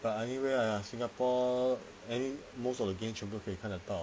but anyway ah singapore any most of the game 都可以学的到